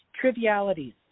trivialities